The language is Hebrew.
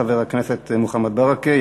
תודה רבה, חבר הכנסת מוחמד ברכה.